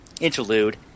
interlude